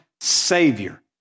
savior